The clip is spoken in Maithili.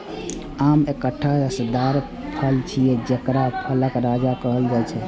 आम एकटा रसदार फल छियै, जेकरा फलक राजा कहल जाइ छै